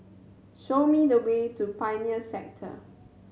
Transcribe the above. show me the way to Pioneer Sector